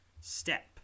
Step